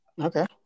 okay